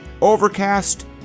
Overcast